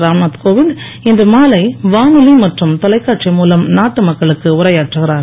ராம்நாத் கோவிந்த் இன்று மாலை வானொலி மற்றும் தொலைக்காட்சி மூலம் நாட்டு மக்களுக்கு உரையாற்றுகிறார்